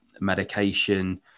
medication